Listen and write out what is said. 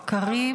קריב.